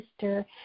sister